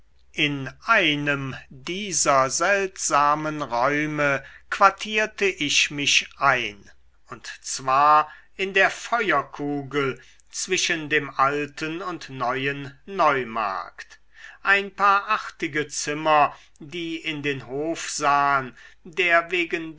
in einem dieser seltsamen räume quartierte ich mich ein und zwar in der feuerkugel zwischen dem alten und neuen neumarkt ein paar artige zimmer die in den hof sahen der wegen